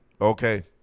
okay